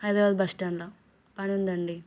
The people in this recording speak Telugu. హైదరాబాద్ బస్టాండ్లో పనుందండి